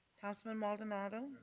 councilman maldonado.